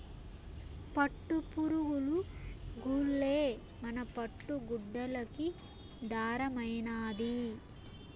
పట్టుపురుగులు గూల్లే మన పట్టు గుడ్డలకి దారమైనాది